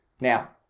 Now